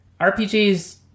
RPGs